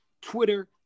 Twitter